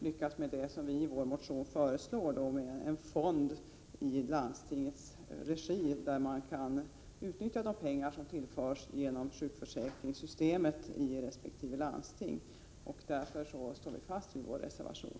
Vi föreslår i vår motion en fond i landstingets regi, där man kan utnyttja de pengar som tillförs genom sjukförsäkringssystemet i resp. landsting. Vi står fast vid vår reservation.